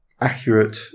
accurate